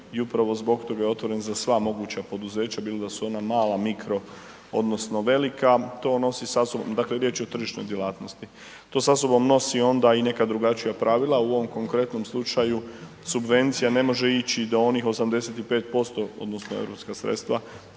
upravo zbog toga je otvoren za sva moguća poduzeća bilo da su ona malo mikro odnosno velika, to nosi sa sobom, dakle riječ je o tržišnoj djelatnosti. To sa sobom nosi i neka drugačija pravila, u ovom konkretnom slučaju subvencija ne može ići do onih 85% odnosno europska sredstva